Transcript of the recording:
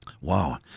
Wow